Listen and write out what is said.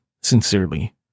Sincerely